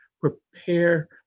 prepare